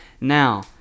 now